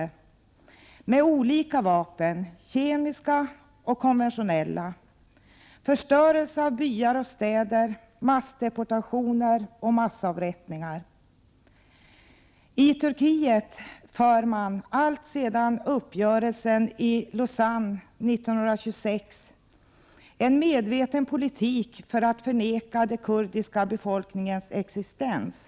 Det förs med olika vapen — kemiska och konventionella. Byar och städer förstörs, massdeportationer och massavrättningar utförs. I Turkiet för man alltsedan uppgörelsen i Lausanne 1926 en medveten politik för att förneka den kurdiska befolkningens existens.